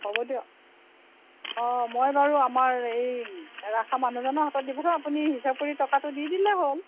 হ'ব দিয়ক অঁ মই বাৰু আমাৰ এই ৰখা মানুহজনৰ হাতত দিব আপুনি হিচাপ কৰি টকাটো দি দিলেই হ'ল